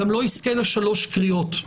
גם לא יזכה לשלוש קריאות.